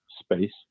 space